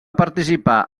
participar